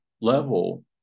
level